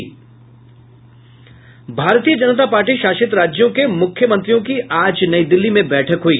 भारतीय जनता पार्टी शासित राज्यों के मुख्यमंत्रियों की आज नई दिल्ली में बैठक हुई